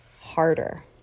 harder